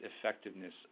effectiveness